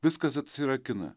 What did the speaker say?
viskas atsirakina